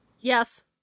Yes